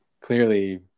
clearly